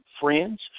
friends